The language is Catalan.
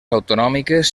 autonòmiques